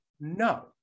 No